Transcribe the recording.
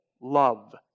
Love